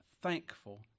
thankful